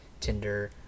Tinder